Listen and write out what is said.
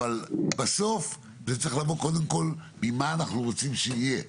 אבל בסוף זה צריך לבוא קודם כול ממה אנחנו רוצים שיהיה.